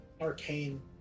arcane